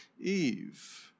Eve